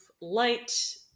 light